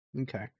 Okay